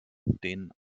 den